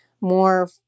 more